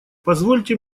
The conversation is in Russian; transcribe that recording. позвольте